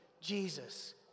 Jesus